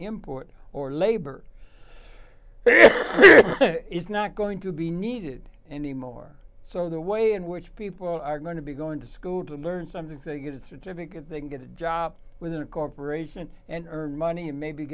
import or labor is not going to be needed any more so the way in which people are going to be going to school to learn something if they get a certificate they can get a job within a corporation and earn money and maybe